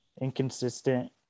inconsistent